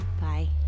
Bye